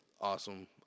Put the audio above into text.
awesome